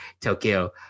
Tokyo